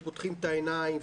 ופותחים את העיניים,